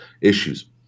issues